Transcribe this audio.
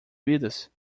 vidas